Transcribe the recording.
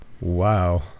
Wow